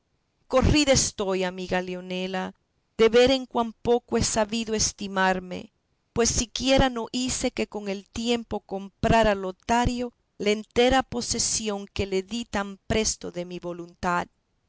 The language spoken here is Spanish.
corrida estoy amiga leonela de ver en cuán poco he sabido estimarme pues siquiera no hice que con el tiempo comprara lotario la entera posesión que le di tan presto de mi voluntad